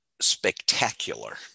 spectacular